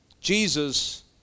jesus